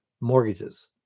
mortgages